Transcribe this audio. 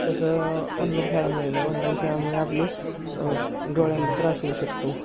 तसं ऑनलाईन खेळामुळे नाही ऑनलाईन खेळामुळे आपले डोळ्यांचा त्रास होऊ शकतो